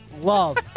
love